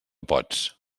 pots